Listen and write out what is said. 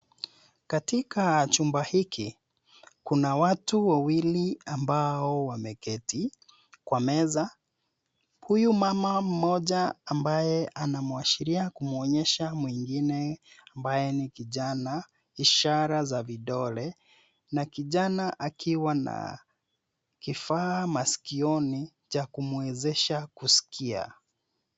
Katika chumba hiki, kuna watu wawili ambao wameketi kwa meza. Huyu mama mmoja ambaye anamwashiria kumwonyesha mwingine ambaye ni kijana ishara za vidole na kijana akiwa na kifaa maskioni cha kumwezesha kusikia.